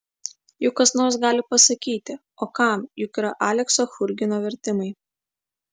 juk kas nors gali pasakyti o kam juk yra aleksio churgino vertimai